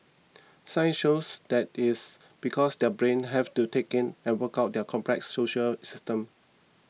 science shows that is because their brains have to take in and work out their very complex social systems